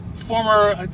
former